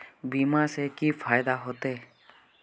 बीमा से की फायदा होते?